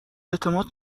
اعتماد